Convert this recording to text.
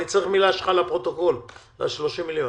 אני צריך מילה שלך לפרוטוקול על ה-30 מיליון.